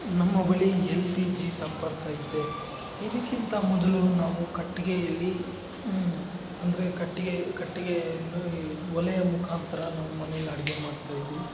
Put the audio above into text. ನಮ್ಮ ಬಳಿ L P G ಸಂಪರ್ಕ ಇದೆ ಇದಕ್ಕಿಂತ ಮೊದಲು ನಾವು ಕಟ್ಟಿಗೆಯಲ್ಲಿ ಅಂದರೆ ಕಟ್ಟಿಗೆ ಕಟ್ಟಿಗೆಯನ್ನು ಈ ಒಲೆಯ ಮುಖಾಂತರ ನಮ್ಮ ಮನೇಲಿ ಅಡುಗೆ ಮಾಡ್ತಾಯಿದ್ವಿ